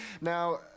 Now